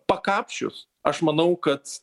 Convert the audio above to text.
pakapsčius aš manau kad